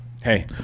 Hey